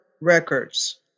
records